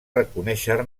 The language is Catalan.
reconèixer